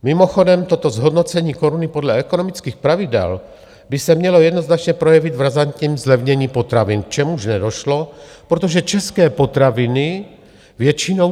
Mimochodem toto zhodnocení koruny podle ekonomických pravidel by se mělo jednoznačně projevit v razantním zlevnění potravin, k čemuž nedošlo, protože české potraviny většinou dováží.